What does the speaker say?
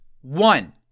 one